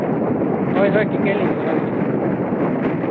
ᱦᱚᱭ ᱦᱳᱭ ᱴᱷᱤᱠᱟᱹᱭᱟᱞᱤᱧ ᱜᱚᱲᱟᱭᱡᱩᱲᱤ ᱫᱚ